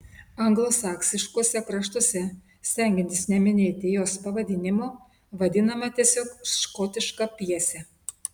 anglosaksiškuose kraštuose stengiantis neminėti jos pavadinimo vadinama tiesiog škotiška pjese